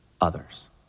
others